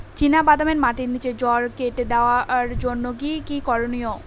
চিনা বাদামে মাটির নিচে জড় কেটে দেওয়ার জন্য কি কী করনীয়?